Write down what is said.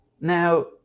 now